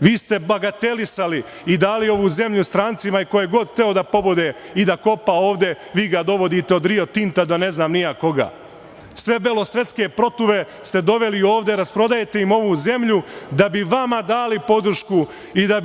Vi ste bagatelisali i dali ovu zemlju strancima. Ko je god hteo da pobode i da kopa ovde, vi ga dovodite, od „Rio Tinta“ do ne znam ni ja koga. Sve belosvetske protuve ste doveli ovde. Rasprodajete im ovu zemlju da bi vama dali podršku i da